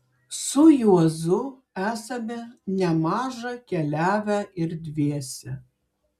su juozu esame nemaža keliavę ir dviese